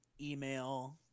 email